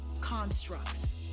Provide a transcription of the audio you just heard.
constructs